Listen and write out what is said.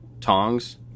tongs